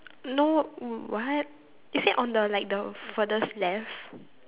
no what is it on the like the furthest left